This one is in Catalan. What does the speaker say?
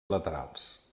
laterals